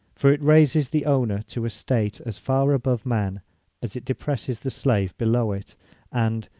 for it raises the owner to a state as far above man as it depresses the slave below it and,